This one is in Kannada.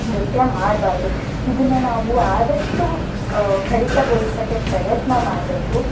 ನೃತ್ಯ ಮಾಡಬಾರ್ದು ಇದನ್ನು ನಾವು ಆದಷ್ಟು ಕಡಿತಗೊಳ್ಸಕ್ಕೆ ಪ್ರಯತ್ನ ಮಾಡಬೇಕು